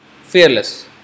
Fearless